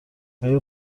آیا